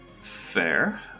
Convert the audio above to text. Fair